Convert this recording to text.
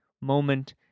moment